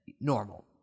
normal